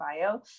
bio